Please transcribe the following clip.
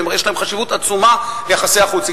ויש להם חשיבות עצומה ביחסי החוץ.